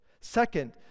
Second